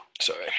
sorry